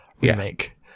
remake